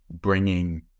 bringing